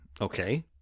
Okay